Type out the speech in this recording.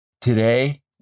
Today